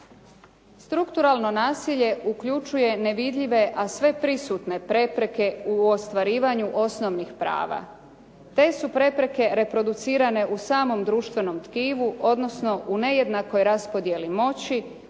Strukturalno nasilje uključuje nevidljive a sve prisutne prepreke u ostvarivanju osnovnih prava. Te su prepreke reproducirane u samom društvenom tkivu odnosno u nejednakoj raspodjeli moći